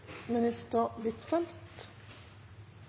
minister